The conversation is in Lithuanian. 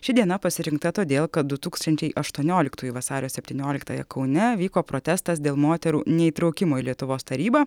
ši diena pasirinkta todėl kad du tūkstančiai aštuonioliktųjų vasario septynioliktąją kaune vyko protestas dėl moterų neįtraukimo į lietuvos tarybą